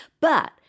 But-